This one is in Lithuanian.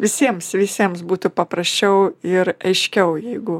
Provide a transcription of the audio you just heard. visiems visiems būtų paprasčiau ir aiškiau jeigu